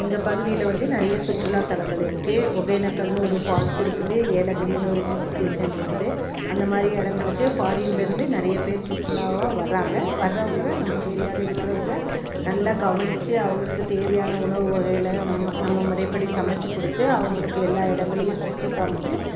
எங்கள் பகுதியில் வந்து நிறைய சுற்றுலாத் தலங்கள் இருக்குது ஒகேனேக்கல்னு ஒரு ஃபால்ஸ் இருக்குது ஏலகிரினு ஒரு ஃஹில்ஸ் ஸ்டேஷன் இருக்குது அந்த மாதிரி இடங்களுக்கு ஃபாரின்லேருந்து நிறைய பேர் சுற்றுலாவாக வர்றாங்க வர்றவங்களை நம்ம ஏரியாவில் இருக்கிறவுங்க நல்லா கவனித்து அவங்களுக்கு தேவையான உணவு வகைகளை நம்ம நம்ம முறைப்படி சமைத்து கொடுத்து அவங்குளுக்கு எல்லா இடங்களையும் சுற்றி காமிச்சு